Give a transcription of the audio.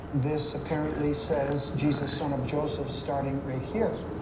this apparently says jesus, son of joseph starting right here.